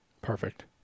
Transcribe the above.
Perfect